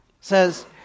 says